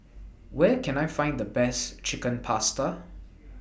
Where Can I Find The Best Chicken Pasta